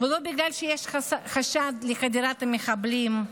ולא בגלל שיש חשד לחדירת מחבלים.